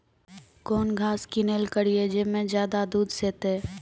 कौन घास किनैल करिए ज मे ज्यादा दूध सेते?